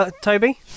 toby